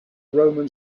roman